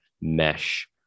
mesh